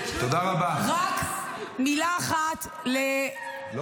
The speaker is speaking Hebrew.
רק מילה אחת --- תודה רבה.